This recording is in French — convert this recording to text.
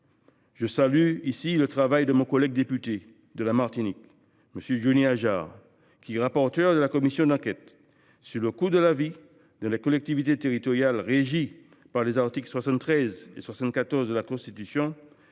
ce sujet, le travail de mon collègue député de la Martinique, M. Johnny Hajjar, rapporteur de la commission d’enquête sur le coût de la vie dans les collectivités territoriales régies par les articles 73 et 74 de la Constitution.